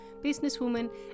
businesswoman